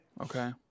Okay